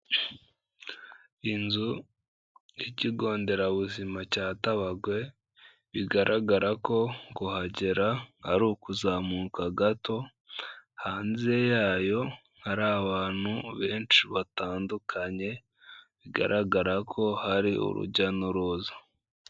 inzu ikigo nderabuzima cyatabagwe bigaragara ko kuhagera ari ukuzamuka gato hanze yayo hari abantu benshi batandukanye bigaragara ko hari urujya n'uruza